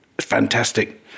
Fantastic